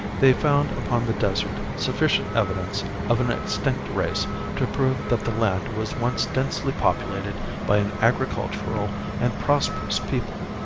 they found upon the desert sufficient evidence of an extinct race to prove that the land was once densely populated by an agricultural and prosperous people.